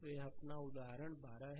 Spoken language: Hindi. तो यह अपना उदाहरण 12 है